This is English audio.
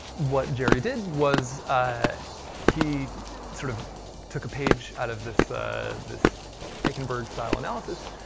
what jerry did was, ah he sort of took a page out of this ah this eickenberg-style analysis.